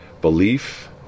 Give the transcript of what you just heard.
belief